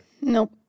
Nope